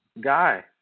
guy